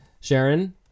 Sharon